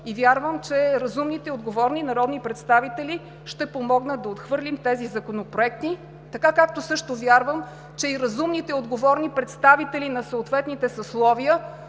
и вярвам, че разумните и отговорни народни представители ще помогнат да отхвърлим тези законопроекти, както също вярвам, че разумните и отговорни представители на съответните съсловия